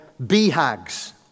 BHAGs